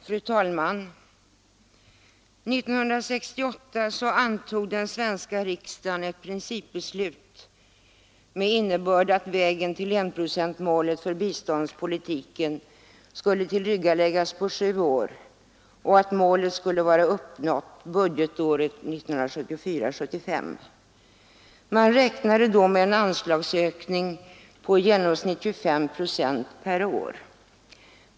Fru talman! År 1968 antog den svenska riksdagen ett principbeslut av innebörden att vägen till enprocentsmålet för biståndspolitiken skulle tillryggaläggas på sju år och att målet skulle vara uppnått budgetåret 1974/75. Man räknade då med en anslagsökning på i genomsnitt 25 procent per år.